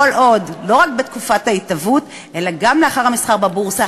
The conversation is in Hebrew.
לא רק בתקופת ההתהוות אלא גם לאחר המסחר בבורסה,